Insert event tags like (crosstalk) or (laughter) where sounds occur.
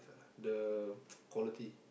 the (noise) quality